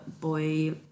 boy